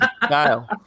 Kyle